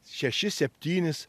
šešis septynis